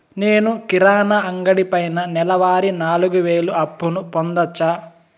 నేను కిరాణా అంగడి పైన నెలవారి నాలుగు వేలు అప్పును పొందొచ్చా?